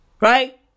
Right